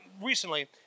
recently